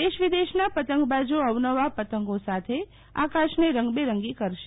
દેશ વિદેશના પતંગબાજો અવનવા પતંગો સાથે આકાશને રંગબેરંગી કરશે